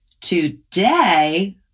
Today